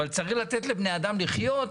אבל צריך לתת לבני אדם לחיות.